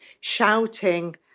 shouting